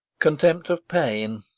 contempt of pain,